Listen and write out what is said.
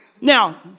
Now